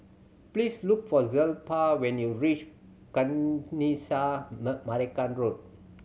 please look for Zelpha when you reach Kanisha Marican Road